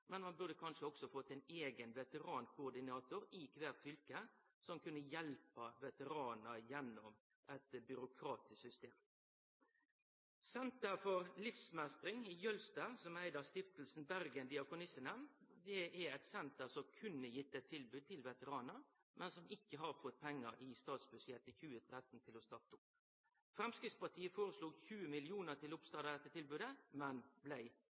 men ein burde kanskje også få ein eigen veterankoordinator i kvart fylke, som kunne hjelpe veteranar gjennom eit byråkratisk system. Senter for Livsmestring i Jølster, som er eigd av Stiftelsen Bergen Diakonissehjem, er eit senter som kunne gitt eit tilbod til veteranar, men som ikkje har fått pengar i statsbudsjettet for 2013 til å starte opp. Framstegspartiet foreslo 20 mill. kr til oppstart av dette tilbodet, men blei